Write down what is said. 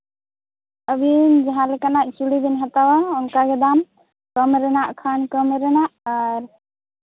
ᱟᱹᱵᱤᱱ ᱡᱟᱦᱟᱸ ᱞᱮᱠᱟᱱᱟᱜ ᱪᱩᱲᱤ ᱵᱮᱱ ᱦᱟᱛᱟᱣᱟ ᱚᱱᱠᱟ ᱜᱮ ᱫᱟᱢ ᱠᱚᱢ ᱨᱮᱱᱟᱜ ᱠᱷᱟᱱ ᱠᱚᱢ ᱨᱮᱱᱟᱜ ᱟᱨ